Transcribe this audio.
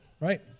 right